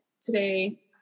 today